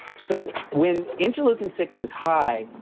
so when interleukin six is high.